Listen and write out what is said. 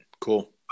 Cool